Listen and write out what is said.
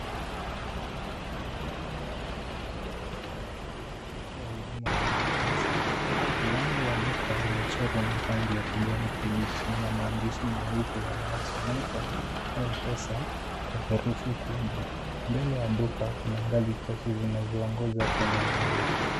Duka ndogo lililoko Thika, Kiambu kaunti Kenya , likitoa huduma za Mpesa. Mlango wa duka umechorwa na rangi ya kijani kibichi na maandishi meupe yanayosomeka Mpesa kwa herufi kubwa. Mbele ya duka, kuna ngazi chache zinazoongoza kwenye mlango.